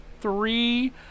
three